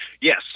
Yes